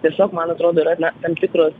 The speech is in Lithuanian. tiesiog man atrodo yra na tam tikros